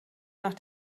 nach